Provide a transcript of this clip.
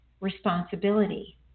responsibility